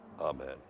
Amen